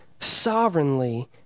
Sovereignly